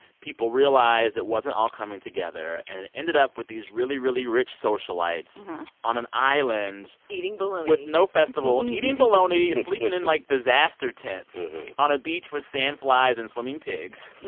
people realized it wasn't all coming together. and it ended up with these really, really rich socialites on an island. eating bologna. with no festival. eating bologna, sleeping in, like, disaster tents on a beach with sand flies and swimming pigs